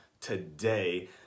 today